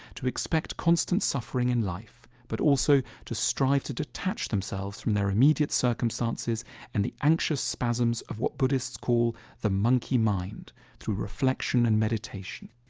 to expect constant suffering in life but also to strive to detach themselves from their immediate circumstances and the anxious spasms of what buddhists call the monkey mind through reflection and meditation.